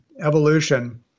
evolution